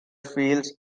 feels